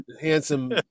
handsome